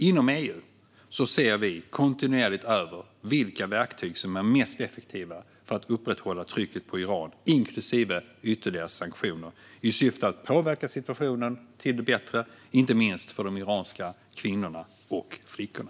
Inom EU ser vi kontinuerligt över vilka verktyg som är mest effektiva för att upprätthålla trycket på Iran, inklusive ytterligare sanktioner, i syfte att påverka situationen till det bättre, inte minst för de iranska kvinnorna och flickorna.